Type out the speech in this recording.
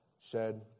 shed